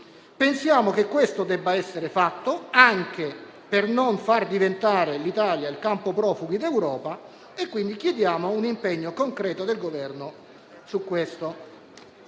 Pensiamo che questo debba essere fatto, anche per non far diventare l'Italia il campo profughi d'Europa, quindi chiediamo un impegno concreto del Governo su questo.